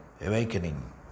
awakening